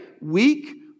weak